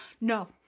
No